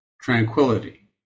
tranquility